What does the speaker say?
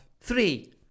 Three